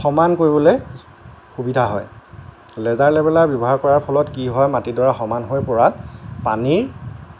সমান কৰিবলৈ সুবিধা হয় লেজাৰ লেভেলাৰ ব্যৱহাৰ কৰাৰ ফলত কি হয় মাটিডৰা সমান হৈ পৰাত পানীৰ